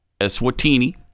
Eswatini